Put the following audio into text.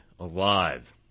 Alive